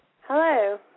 Hello